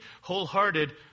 wholehearted